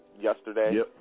yesterday